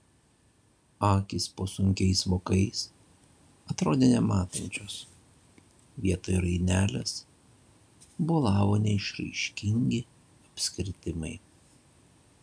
akys po sunkiais vokais atrodė nematančios vietoj rainelės bolavo neišraiškingi apskritimai